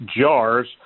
jars